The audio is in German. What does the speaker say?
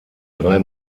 drei